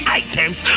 items